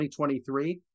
2023